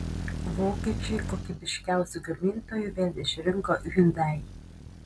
vokiečiai kokybiškiausiu gamintoju vėl išrinko hyundai